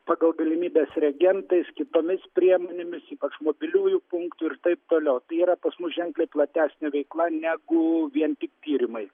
pagal galimybes reagentais kitomis priemonėmis ypač mobiliųjų punktų ir taip toliau yra pas mus ženkliai platesnė veikla negu vien tik tyrimai